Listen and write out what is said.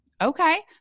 Okay